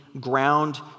ground